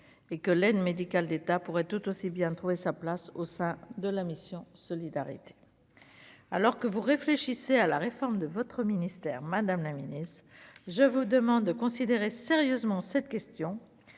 et que l'aide médicale d'État pourrait tout aussi bien trouver sa place au sein de la mission Solidarité alors que vous réfléchissez à la réforme de votre ministère, madame la ministre, je vous demande de considérer sérieusement cette question